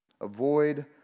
Avoid